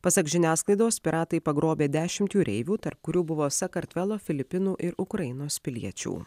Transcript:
pasak žiniasklaidos piratai pagrobė dešimt jūreivių tarp kurių buvo sakartvelo filipinų ir ukrainos piliečių